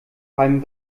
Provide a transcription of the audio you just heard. beim